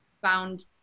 found